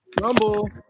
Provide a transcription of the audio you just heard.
Rumble